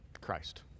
Christ